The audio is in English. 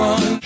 One